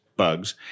bugs